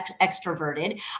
extroverted